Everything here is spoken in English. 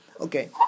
okay